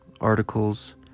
articles